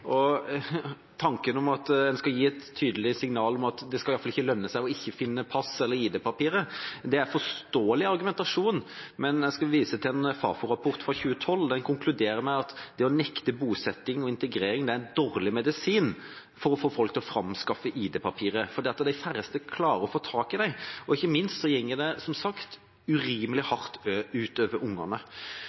Tanken om at en skal gi et tydelig signal om at det skal iallfall ikke lønne seg ikke å finne pass eller ID-papirer, er en forståelig argumentasjon, men jeg skal vise til en Fafo-rapport fra 2012. Den konkluderer med at det å nekte bosetting og integrering er en dårlig medisin for å få folk til å framskaffe ID-papirer, for de færreste klarer å få tak i dem, og ikke minst går det, som sagt, urimelig hardt ut over ungene.